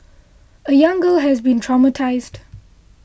a young girl has been traumatised